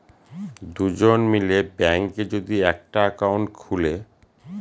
দুজন মিলে ব্যাঙ্কে যদি একটা একাউন্ট খুলে